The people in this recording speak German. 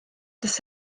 das